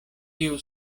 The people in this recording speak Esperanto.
tiu